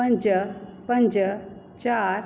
पंज पंज चारि